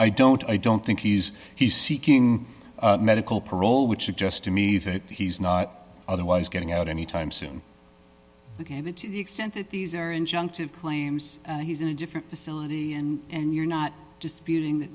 i don't i don't think he's he's seeking medical parole which suggests to me that he's not otherwise getting out anytime soon gave it to the extent that these are injunctive claims he's in a different facility and you're not disputing that